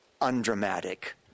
undramatic